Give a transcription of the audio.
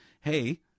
hey